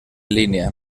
línea